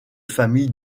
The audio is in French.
famille